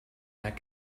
that